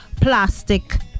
Plastic